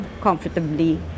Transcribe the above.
comfortably